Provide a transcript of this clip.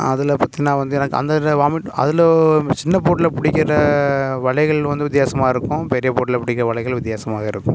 அதில் பார்த்திங்கனா வந்து எனக்கு அந்த வாமிட் அதில் சின்ன போர்ட்டில் பிடிக்கிற வலைகள் வந்து வித்தியாசமா இருக்கும் பெரிய போட்டில் பிடிக்கிற வலைகள் வித்தியாசமா இருக்கும்